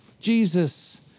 Jesus